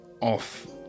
off